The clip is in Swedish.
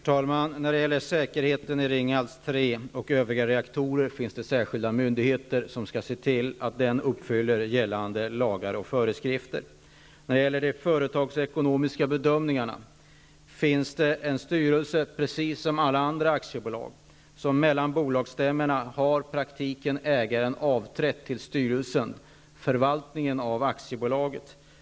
Herr talman! Det finns särskilda myndigheter som skall se till att gällande lagar och föreskrifter följs när det gäller säkerheten i Ringhals 3 och övriga reaktorer. När det gäller de företagsekonomiska bedömningarna finns det en styrelse -- precis som i alla andra aktiebolag. I praktiken har ägaren, mellan bolagsstämmorna, avträtt förvaltningen av aktiebolaget till styrelsen.